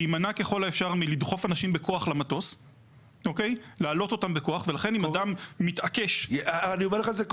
לאפשר לך מחוץ לארץ למצוא דרך אפקטיבית יעילה להגיש ערר בלי תצהיר בפני